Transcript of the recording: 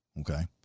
Okay